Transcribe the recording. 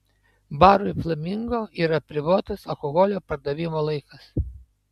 barui flamingo yra apribotas alkoholio pardavimo laikas